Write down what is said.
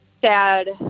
sad